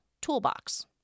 toolbox